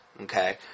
Okay